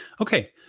Okay